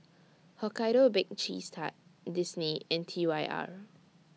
Hokkaido Baked Cheese Tart Disney and T Y R